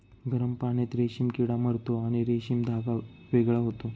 गरम पाण्यात रेशीम किडा मरतो आणि रेशीम धागा वेगळा होतो